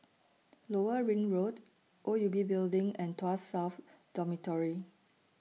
Lower Ring Road O U B Building and Tuas South Dormitory